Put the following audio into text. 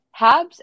Habs